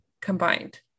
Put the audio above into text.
Combined